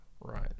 right